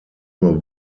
nur